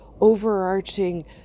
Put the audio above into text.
overarching